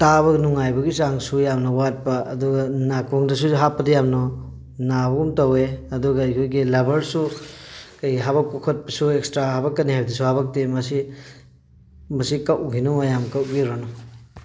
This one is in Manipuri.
ꯇꯥꯕ ꯅꯨꯡꯉꯥꯏꯕꯒꯤ ꯆꯥꯡꯁꯨ ꯌꯥꯝꯅ ꯋꯥꯠꯄ ꯑꯗꯨꯒ ꯅꯥꯀꯣꯡꯗꯁꯨ ꯍꯥꯞꯄꯗ ꯌꯥꯝꯅ ꯅꯥꯕꯒꯨꯝ ꯇꯧꯋꯦ ꯑꯗꯨꯒ ꯑꯩꯈꯣꯏꯒꯤ ꯂꯕꯔꯁꯨ ꯑꯈꯣꯏ ꯍꯥꯄꯛꯄ ꯈꯣꯠꯄꯁꯨ ꯑꯦꯛꯁꯇ꯭ꯔꯥ ꯍꯥꯄꯛꯀꯅꯤ ꯍꯥꯏꯕꯗꯨꯁꯨ ꯍꯥꯄꯛꯇꯦ ꯃꯁꯤ ꯃꯁꯤ ꯀꯛꯎꯈꯤꯅꯨ ꯃꯌꯥꯝ ꯀꯛꯄꯤꯔꯣꯅꯨ